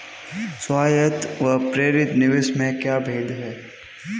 स्वायत्त व प्रेरित निवेश में क्या भेद है?